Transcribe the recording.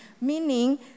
meaning